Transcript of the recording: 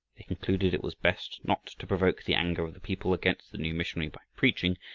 they concluded it was best not to provoke the anger of the people against the new missionary by preaching,